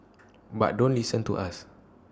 but don't listen to us